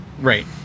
Right